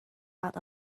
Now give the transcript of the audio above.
out